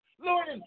Lord